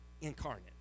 incarnate